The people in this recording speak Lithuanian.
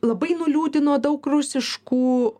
labai nuliūdino daug rusiškų